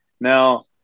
Now